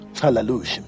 hallelujah